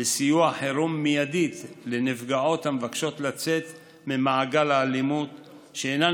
לסיוע חירום מיידי לנפגעות המבקשות לצאת ממעגל האלימות שאינן